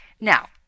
Now